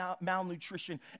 malnutrition